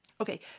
Okay